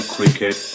Cricket